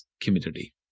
community